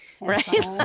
right